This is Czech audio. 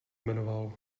jmenoval